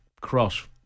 cross